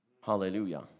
Hallelujah